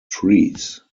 trees